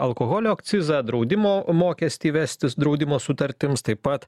alkoholio akcizą draudimo mokestį įvesti draudimo sutartims taip pat